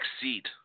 seat